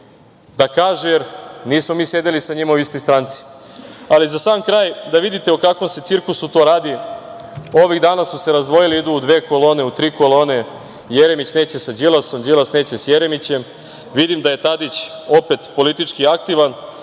da kaže, jer, nismo mi sedeli sa njima u istoj stranci.Za sam kraj, da vidite o kakvom se cirkusu to radi, ovih dana su se razdvojili, idu u dve kolone, u tri kolone, Jeremić neće sa Đilasom, Đilas neće s Jeremićem. Vidim da je Tadić opet politički aktivan,